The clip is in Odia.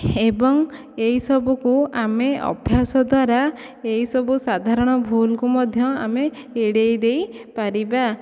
ଏବଂ ଏହିସବୁକୁ ଆମେ ଅଭ୍ୟାସ ଦ୍ଵାରା ଏହିସବୁ ସାଧାରଣ ଭୁଲକୁ ମଧ୍ୟ ଆମେ ଏଡ଼ାଇ ଦେଇ ପାରିବା